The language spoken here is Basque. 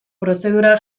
prozedura